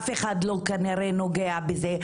אף אחד כנראה לא היה נוגע בזה.